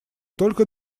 только